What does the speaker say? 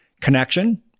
connection